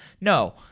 No